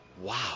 wow